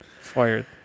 Fired